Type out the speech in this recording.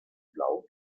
blau